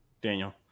Daniel